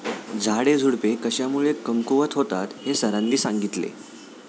झाडेझुडपे कशामुळे कमकुवत होतात हे सरांनी सांगितले